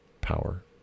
power